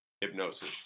hypnosis